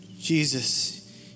Jesus